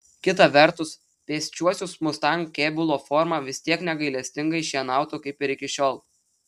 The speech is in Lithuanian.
kita vertus pėsčiuosius mustang kėbulo forma vis tiek negailestingai šienautų kaip ir iki šiol